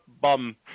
bum